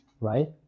right